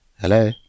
Hello